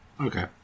Okay